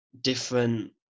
different